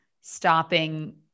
stopping